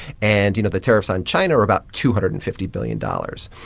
and, you know, the tariffs on china are about two hundred and fifty billion dollars.